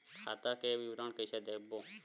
खाता के विवरण कइसे देखबो?